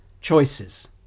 choices